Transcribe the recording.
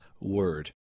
word